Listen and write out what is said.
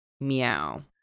meow